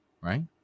right